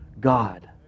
God